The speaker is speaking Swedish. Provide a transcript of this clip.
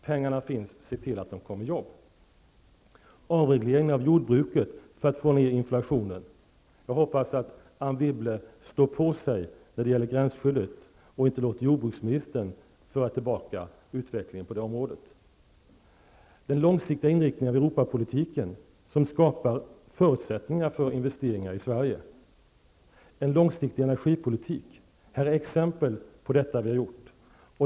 Pengarna finns, se till att de kommer i arbete! Det har även gällt avregleringen av jordbruket för att få ned inflationen. Jag hoppas att Anne Wibble står på sig när det gäller gränsskyddet och inte låter jordbruksministern föra tillbaka utvecklingen på det området. Det har gällt den långsiktiga inriktningen av Europapolitiken som skapar förutsättningar för investeringar i Sverige, och en långsiktig energipolitik. Detta är exempel på vad vi har gjort.